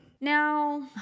Now